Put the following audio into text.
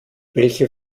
welche